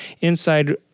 inside